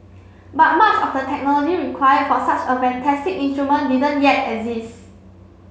but much of the technology required for such a fantastic instrument didn't yet exist